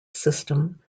system